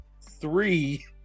three